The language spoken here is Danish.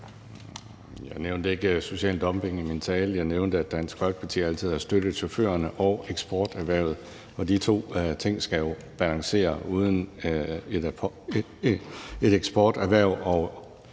Jeg nævnte ikke social dumping i min tale. Jeg nævnte, at Dansk Folkeparti altid har støttet chaufførerne og eksporterhvervet, og de to ting skal jo balancere. Uden et eksporterhverv